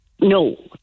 No